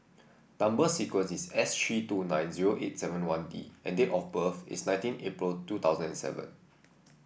number sequence is S three two nine zero eight seven one D and date of birth is nineteen April two thousand and seven